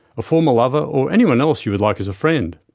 a former lover or anyone else you would like as a friend.